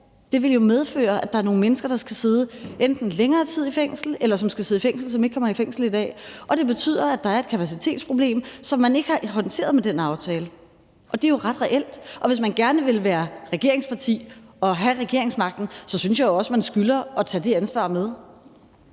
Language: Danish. jo vil medføre, at der er nogle mennesker, der skal sidde enten længere tid i fængsel, eller som skal sidde i fængsel, som ikke kommer i fængsel i dag. Og det betyder, at der er et kapacitetsproblem, som man ikke har håndteret med den aftale, og det er jo ret reelt. Hvis man gerne vil være regeringsparti og have regeringsmagten, synes jeg også man skylder at tage det ansvar med.